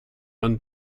run